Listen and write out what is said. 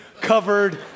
covered